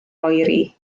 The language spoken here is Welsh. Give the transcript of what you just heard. oeri